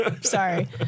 sorry